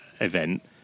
event